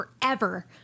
forever